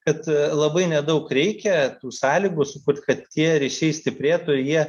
kad labai nedaug reikia tų sąlygų sukurt kad tie ryšiai stiprėtų jie